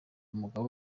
umugabo